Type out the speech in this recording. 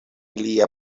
lia